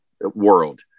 world